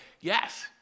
yes